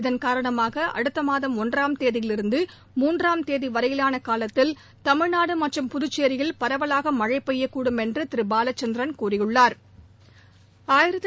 இதன் காரணமாக அடுத்த மாதம் ஒன்றாம் தேதியிலிருந்து மூன்றாம் தேதி வரையிலான காலத்தில் தமிழ்நாடு மற்றும் புதுச்சேரியில் பரவலாக மழை பெய்யக்கூடும் என்று திரு பாலச்சந்திரன் கூறியுள்ளாா்